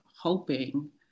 hoping